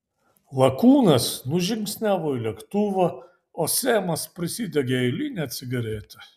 lakūnas nužingsniavo į lėktuvą o semas prisidegė eilinę cigaretę